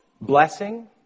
blessing